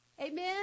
Amen